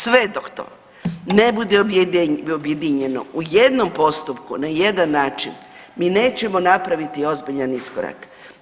Sve dok to ne bude objedinjeno u jednom postupku na jedan način mi nećemo napraviti ozbiljan iskorak.